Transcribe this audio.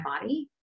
body